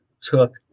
took